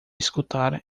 escutar